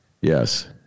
Yes